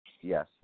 Yes